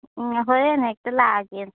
ꯍꯣꯔꯦꯟ ꯍꯦꯛꯇ ꯂꯥꯛꯑꯒꯦ